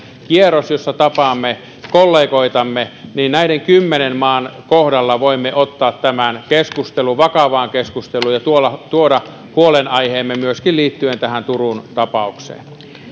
kierros jossa tapaamme kollegoitamme ja näiden kymmenen maan kohdalla voimme ottaa tämän vakavaan keskusteluun ja tuoda huolenaiheemme myöskin liittyen tähän turun tapaukseen